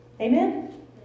Amen